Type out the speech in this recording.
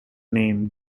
name